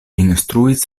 instruis